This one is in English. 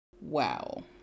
Wow